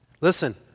listen